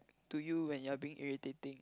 to you when you're being irritating